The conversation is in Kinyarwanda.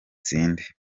utsinde